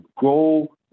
go